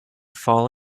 fall